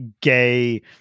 gay